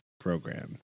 program